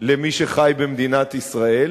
למי שחי במדינת ישראל,